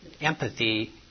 empathy